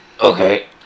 Okay